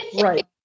Right